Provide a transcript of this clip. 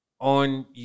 On